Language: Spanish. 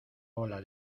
ola